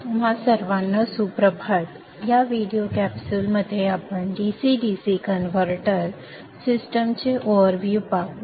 तुम्हा सर्वांना सुप्रभात या व्हिडीओ कॅप्सूलमध्ये आपण DC DC कन्व्हर्टर सिस्टीमचे ओव्हरर्व्ह्यू पाहू